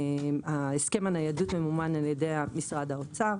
הסכם הניידות ממומן על ידי משרד האוצר.